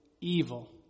evil